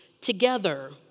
together